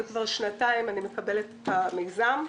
וכבר שנתיים אני מקבלת סיוע מן המיזם.